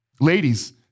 Ladies